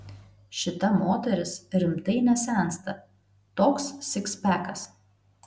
šita moteris rimtai nesensta toks sikspekas